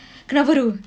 kenapa tu